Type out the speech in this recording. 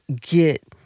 get